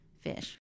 fish